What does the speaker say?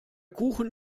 kuchen